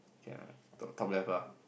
can top top level lah